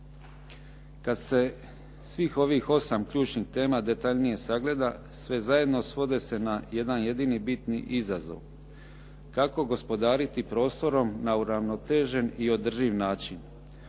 Kad se svih ovih 8 ključnih tema detaljnije sagleda, sve zajedno svode se na jedan jedini bitni izazov, kako gospodariti prostorom na uravnotežen i održiv način,